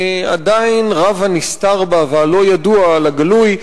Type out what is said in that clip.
עדיין רב הנסתר בה והלא-ידוע על הגלוי.